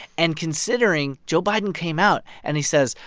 and considering joe biden came out. and he says,